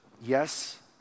yes